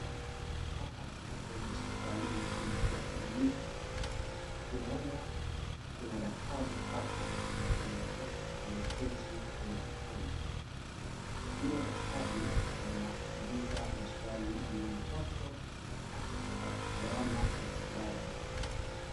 Hapa tuko kwenye hospitalini ama tuko kliniki, tunaona kuna daktari hapo na kuna mtoto ameketi kwenye kitanda. Yule daktari anauliza maswali yule mtoto akitaka kupeana matibabu.